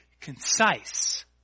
concise